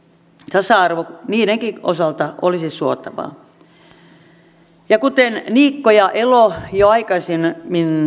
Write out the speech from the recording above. tasa arvo niidenkin osalta olisi suotavaa kuten niikko ja elo jo aikaisemmin